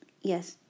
Yes